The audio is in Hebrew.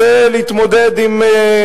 רוצה להתמודד עם,